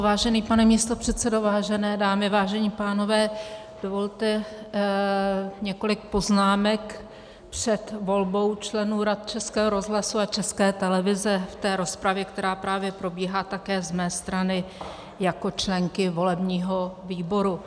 Vážený pane místopředsedo, vážené dámy, vážení pánové, dovolte několik poznámek před volbou členů rad Českého rozhlasu a České televize v rozpravě, která právě probíhá, také z mé strany jako členky volebního výboru.